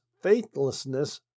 faithlessness